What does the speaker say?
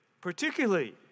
particularly